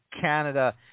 Canada